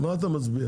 מי נגד?